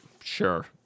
Sure